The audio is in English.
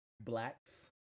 Black's